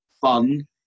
fun